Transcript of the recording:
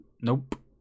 Nope